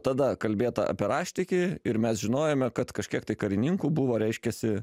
tada kalbėta apie raštikį ir mes žinojome kad kažkiek tai karininkų buvo reiškiasi